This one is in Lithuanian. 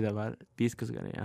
dabar viskas gerai jo